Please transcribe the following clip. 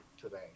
today